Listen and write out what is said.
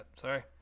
sorry